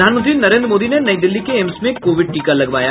प्रधानमंत्री नरेन्द्र मोदी ने नई दिल्ली के एम्स में कोविड टीका लगवाया